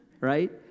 Right